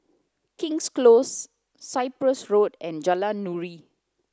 King's Close Cyprus Road and Jalan Nuri